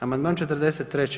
Amandman 43.